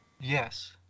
Yes